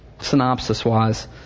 synopsis-wise